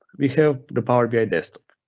we have the power bi desktop.